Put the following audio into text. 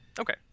Okay